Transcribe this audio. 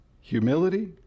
humility